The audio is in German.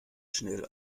schnell